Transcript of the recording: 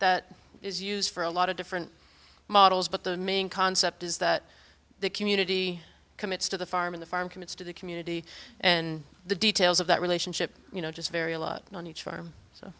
that is used for a lot of different models but the main concept is that the community commits to the farm in the farm commits to the community and the details of that relationship you know just vary a lot on each farm so